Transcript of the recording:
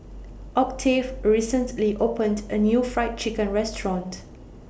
Octave recently opened A New Fried Chicken Restaurant